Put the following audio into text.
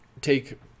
take